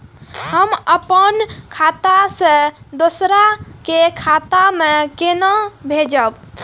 हम आपन खाता से दोहरा के खाता में केना भेजब?